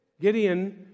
Gideon